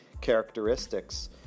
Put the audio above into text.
characteristics